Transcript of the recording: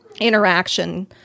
interaction